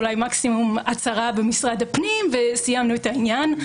אולי מקסימום הצהרה במשרד הפנים וסיימנו את העניין.